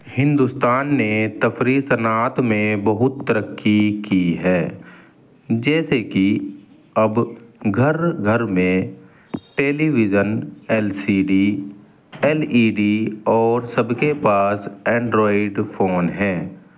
ہندوستان نے تفریح صنعت میں بہت ترقی کی ہے جیسے کہ اب گھر گھر میں television L C D L E D اور سب کے پاس اینڈرائڈ فون ہے